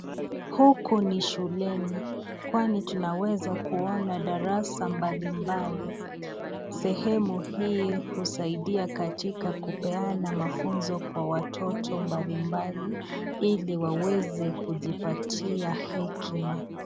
Huku ni shuleni kwani tunaweza kuona darasa mbali mbali. Sehemu hii husaidia katika kupeana mafunzo kwa watoto mbali mbali, ili waweze kujipatia hekima.